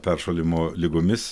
peršalimo ligomis